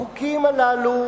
החוקים הללו,